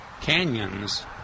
canyons